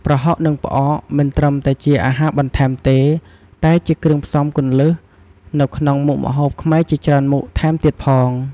ប្រហុក និងផ្អក មិនត្រឹមតែជាអាហារបន្ថែមទេ តែជា គ្រឿងផ្សំគន្លឹះ នៅក្នុងមុខម្ហូបខ្មែរជាច្រើនមុខថែមទៀតផង។